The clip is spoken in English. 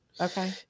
Okay